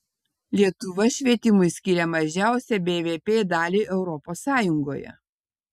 lietuva švietimui skiria mažiausią bvp dalį europos sąjungoje